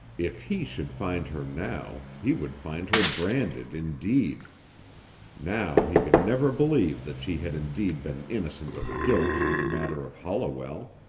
if he should find her now, he would find her branded, indeed now he could never believe that she had indeed been innocent of guilt in the matter of holliwell.